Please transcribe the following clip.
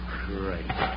great